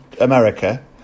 America